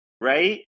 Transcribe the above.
right